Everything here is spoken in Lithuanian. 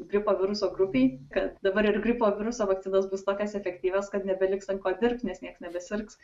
gripo viruso grupėj kad dabar ir gripo viruso vakcinos bus tokios efektyvios kad nebeliks ten ko dirbt nes niekas nebesirgs